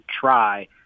try